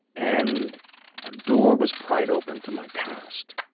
and a door was pried open to my past.